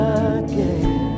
again